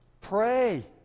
Pray